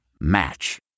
Match